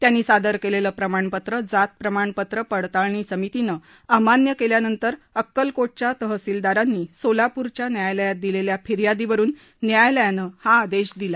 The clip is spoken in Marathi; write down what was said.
त्यांनी सादर केलेलं प्रमाणपत्र जात प्रमाणपत्र पडताळणी समितीनं अमान्य केल्यानंतर अक्कलकोटच्या तहसीलदारांनी सोलापूरच्या न्यायालयात दिलेल्या फिर्यादीवरुन न्यायालयानं हा आदेश दिला